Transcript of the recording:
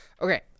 Okay